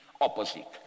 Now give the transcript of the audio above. opposite